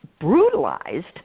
brutalized